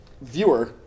viewer